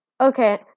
Okay